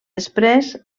després